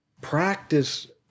practice